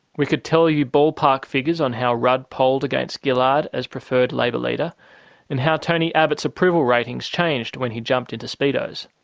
we could tell you ballpark figures on how rudd polled against gillard as preferred labor leader and how tony abbott's approval ratings changed when he jumped into speedos.